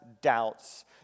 doubts